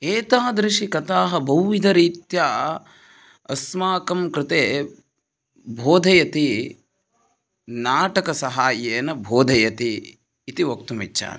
एतादृशकथाः बहुविधरीत्या अस्माकं कृते बोधयति नाटकसहायेन बोधयति इति वक्तुमिच्छामि